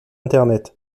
internet